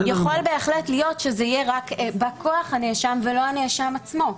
יכול בהחלט להיות שזה יהיה רק בא כוח הנאשם ולא הנאשם עצמו.